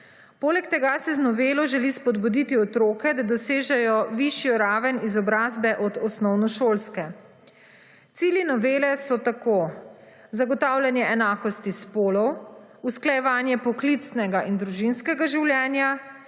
Poleg tega se z novelo želi spodbuditi otroke, da dosežejo višjo raven izobrazbe od osnovnošolske. Cilji novele so tako zagotavljanje enakosti spolov, usklajevanje poklicnega in družinskega življenja,